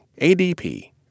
ADP